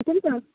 ا س